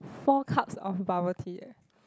four cups of bubble tea eh